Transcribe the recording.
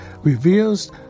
reveals